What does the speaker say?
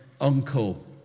uncle